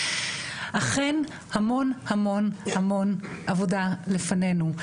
אכן המון המון עבודה לפנינו.